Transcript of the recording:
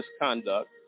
misconduct